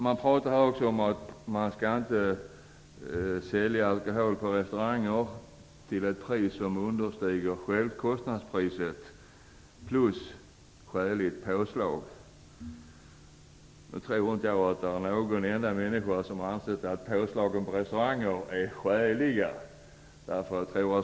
Det talas också om att man inte skall sälja alkohol på restauranger till ett pris som understiger självkostnadspriset plus skäligt påslag. Jag tror inte att det finns någon enda människa som anser att påslagen på restauranger är skäliga.